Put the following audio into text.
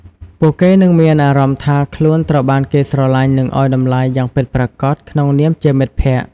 ពួកគេនឹងមានអារម្មណ៍ថាខ្លួនត្រូវបានគេស្រឡាញ់និងឲ្យតម្លៃយ៉ាងពិតប្រាកដក្នុងនាមជាមិត្តភក្តិ។